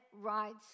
rights